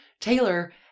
Taylor